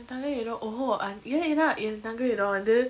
தங்க எடோ:thanga edo oh uh an~ இல்லைனா என் தங்க எடோ வந்து:illaina en thanga edo vanthu